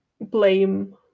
blame